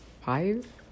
five